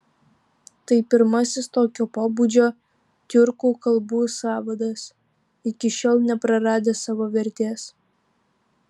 tai pirmasis tokio pobūdžio tiurkų kalbų sąvadas iki šiol nepraradęs savo vertės